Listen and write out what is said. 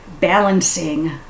balancing